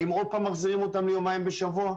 האם עוד פעם מחזירים אותם ליומיים בשבוע?